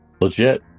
legit